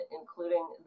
including